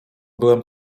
byłem